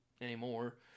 anymore